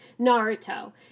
Naruto